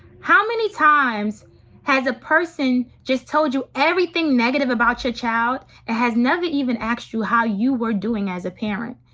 how many times has a person just told you everything negative about your child that has never even asked you how you were doing as a parent?